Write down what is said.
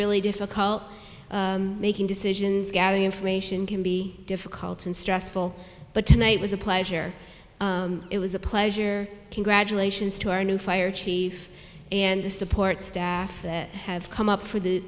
really difficult making decisions gathering information can be difficult and stressful but tonight was a pleasure it was a pleasure congratulations to our new fire chief and the support staff have come up for the